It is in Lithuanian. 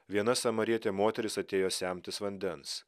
viena samarietė moteris atėjo semtis vandens